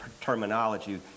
terminology